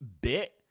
bit